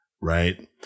right